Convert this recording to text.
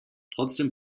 trotzdem